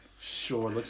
Sure